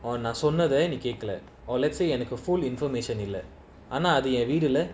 நான்சொன்னதநீகேட்கல:nan sonatha nee ketkala or let's say like a full information இல்ல:illa reader leh